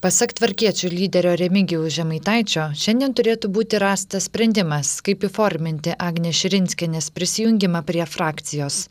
pasak tvarkiečių lyderio remigijaus žemaitaičio šiandien turėtų būti rastas sprendimas kaip įforminti agnės širinskienės prisijungimą prie frakcijos